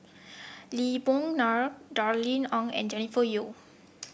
Lee Boon Ngan Darrell Ang and Jennifer Yeo